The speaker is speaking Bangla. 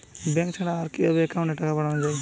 ব্যাঙ্ক ছাড়া আর কিভাবে একাউন্টে টাকা পাঠানো য়ায়?